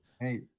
Hey